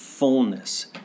Fullness